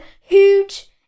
huge